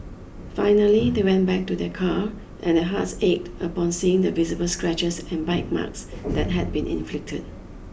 finally they went back to their car and their hearts ached upon seeing the visible scratches and bite marks that had been inflicted